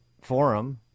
forum